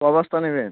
কয় বস্তা নেবে